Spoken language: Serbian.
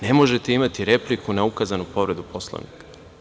Ne možete imati repliku na ukazanu povredu Poslovnika.